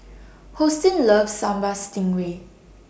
Hosteen loves Sambal Stingray